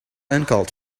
uncalled